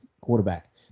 quarterback